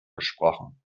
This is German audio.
gesprochen